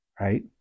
right